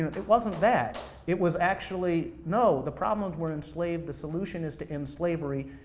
it wasn't that, it was actually no, the problem is we're enslaved, the solution is to end slavery,